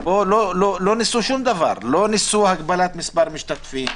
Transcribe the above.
ופה לא ניסו שום דבר לא ניסו הגבלה על מספר המשתתפים,